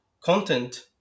content